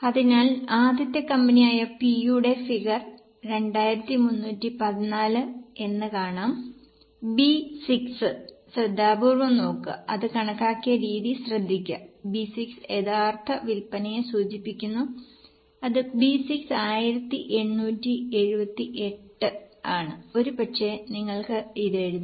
അതിനാൽ ആദ്യത്തെ കമ്പനിയായ P യുടെ ഫിഗർ 2314 എന്ന് കാണാം B6 ശ്രദ്ധാപൂർവ്വം നോക്കുക അത് കണക്കാക്കിയ രീതി ശ്രദ്ധിക്കുക B 6 യഥാർത്ഥ വിൽപ്പനയെ സൂചിപ്പിക്കുന്നു ഇത് B 6 1878 ആണ് ഒരുപക്ഷേ നിങ്ങൾക്ക് ഇത് എഴുതാം